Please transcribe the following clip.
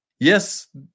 Yes